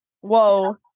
Whoa